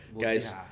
Guys